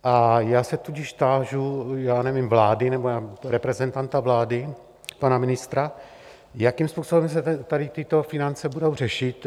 A já se tudíž tážu, já nevím, vlády, nebo reprezentanta vlády, pana ministra, jakým způsobem se tady tyto finance budou řešit.